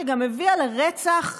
שגם הביאה לרצח,